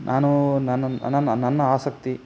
ನಾನು ನಾನು ನನ್ನ ನನ್ನ ಆಸಕ್ತಿ